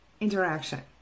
interaction